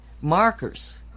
markers